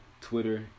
Twitter